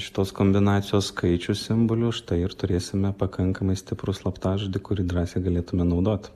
šitos kombinacijos skaičių simbolių štai ir turėsime pakankamai stiprų slaptažodį kurį drąsiai galėtume naudoti